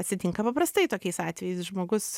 atsitinka paprastai tokiais atvejais žmogus